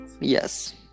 yes